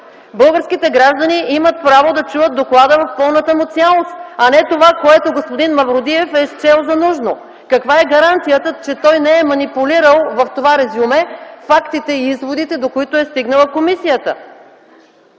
Българските граждани имат право да чуят доклада в пълната му цялост, а не това, което господин Мавродиев е счел за нужно. Каква е гаранцията, че той не е манипулирал в това резюме фактите и изводите, до които е стигнала комисията?